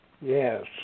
Yes